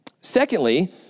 Secondly